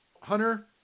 Hunter